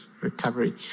recovery